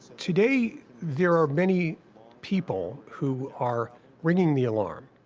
today, there are many people who are ringing the alarm,